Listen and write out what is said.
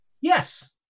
Yes